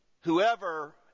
Whoever